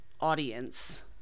audience